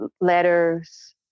letters